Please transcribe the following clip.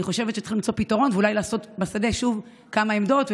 אני חושבת שצריכים למצוא פתרון ואולי לעשות בשדה כמה עמדות.